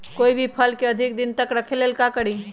कोई भी फल के अधिक दिन तक रखे के लेल का करी?